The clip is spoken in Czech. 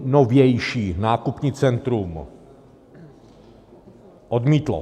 Nejnovější nákupní centrum odmítlo.